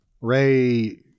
Ray